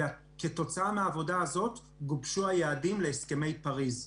וכתוצאה מהעבודה הזאת גובשו היעדים להסכמי פריז.